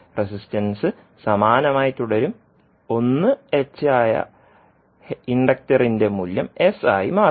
resistance സമാനമായി തുടരും 1 H ആയ ഇൻഡക്ടറിന്റെ മൂല്യം s ആയി മാറും